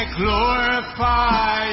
glorify